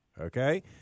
okay